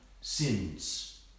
sins